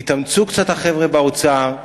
יתאמצו קצת החבר'ה באוצר,